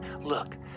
Look